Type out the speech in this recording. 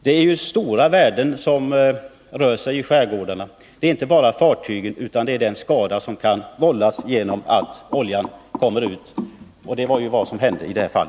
Det är stora värden som står på spel i skärgårdarna. Det är inte bara fartygen det gäller utan också den skada som kan vållas genom att olja kommer ut i vattnet, och det var vad som hände i detta fall.